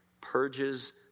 purges